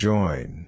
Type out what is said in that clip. Join